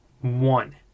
One